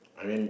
I mean